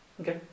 Okay